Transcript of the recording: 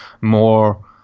more